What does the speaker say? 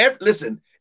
Listen